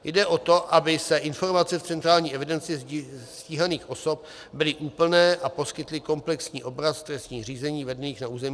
Jde o to, aby informace v centrální evidenci stíhaných osob byly úplné a poskytly komplexní obraz trestních řízení vedených na území ČR.